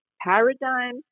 paradigm